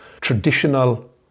traditional